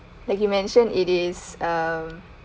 like you mention it is um